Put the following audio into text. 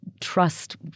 trust